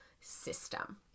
system